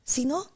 Sino